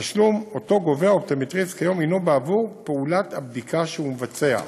התשלום שגובה האופטומטריסט כיום הנו בעבור פעולת הבדיקה שהוא מבצע.